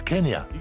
Kenya